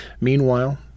Meanwhile